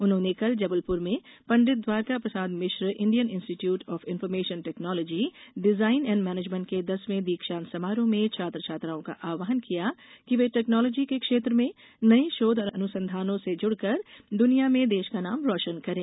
उन्होंने कल जबलपुर में Pt Dwarka Prasad Mishra Indian Institute of Information Technology Design and Management के दसवें दीक्षांत समारोह में छात्र छात्राओं का आव्हान किया कि वे टेक्नोलॉजी के क्षेत्र में नये शोध और अनुसंधानों से जुड़कर दुनिया में देश का नाम रोशन करें